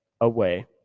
away